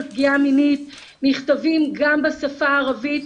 פגיעה מינית נכתבים גם בשפה הערבית,